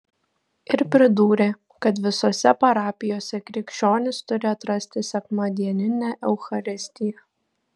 ir pridūrė kad visose parapijose krikščionys turi atrasti sekmadieninę eucharistiją